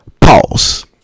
pause